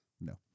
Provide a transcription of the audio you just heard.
No